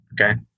Okay